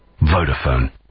Vodafone